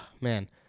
Man